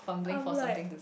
I'm like